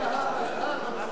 להעביר